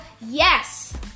yes